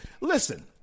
listen